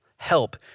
Help